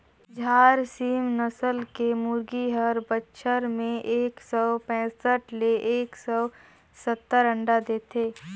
झारसीम नसल के मुरगी हर बच्छर में एक सौ पैसठ ले एक सौ सत्तर अंडा देथे